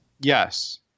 Yes